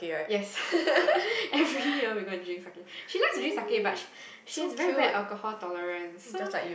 yes every year we go and drink sake she likes to drink sake but she she has very bad alcohol tolerance so